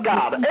God